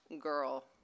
girl